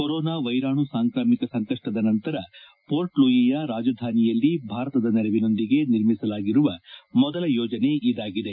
corona ವ್ಯೆರಾಣು ಸಾಂಕ್ರಾಮಿಕ ಸಂಕಷ್ಲದ ನಂತರ ಪೋರ್ಟ್ಲೂಯಿಯ ರಾಜಧಾನಿಯಲ್ಲಿ ಭಾರತದ ನೆರವಿನೊಂದಿಗೆ ನಿರ್ಮಿಸಲಾಗಿರುವ ಮೊದಲ ಯೋಜನೆ ಇದಾಗಿದೆ